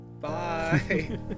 bye